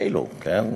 כאילו, כן?